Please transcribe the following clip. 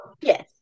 Yes